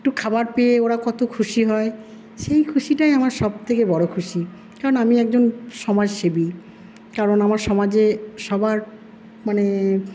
একটু খাবার পেয়ে ওরা কত খুশি হয় সেই খুশিটাই আমার সবথেকে বড়ো খুশি কারণ আমি একজন সমাজ সেবী কারণ আমার সমাজে সবার মানে